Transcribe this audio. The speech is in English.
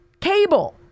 cable